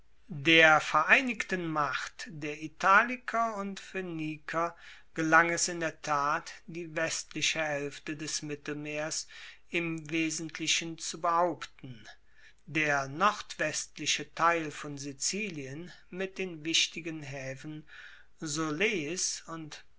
der vereinigten macht der italiker und phoeniker gelang es in der tat die westliche haelfte des mittelmeeres im wesentlichen zu behaupten der nordwestliche teil von sizilien mit den wichtigen haefen soloeis und